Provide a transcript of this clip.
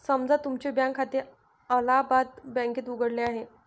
समजा तुमचे बँक खाते अलाहाबाद बँकेत उघडले आहे